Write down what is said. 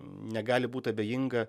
negali būt abejinga